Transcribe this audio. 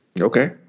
Okay